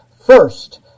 First